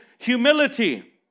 Humility